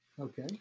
Okay